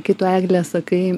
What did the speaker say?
kai tu egle sakai